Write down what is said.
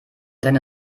deine